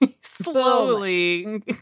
slowly